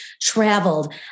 traveled